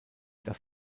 das